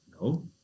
No